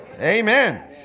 Amen